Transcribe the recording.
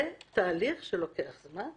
זה תהליך שלוקח זמן.